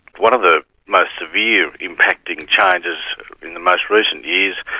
one of the most severe impacting changes in the most recent years,